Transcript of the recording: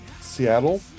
Seattle